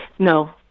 No